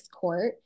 Court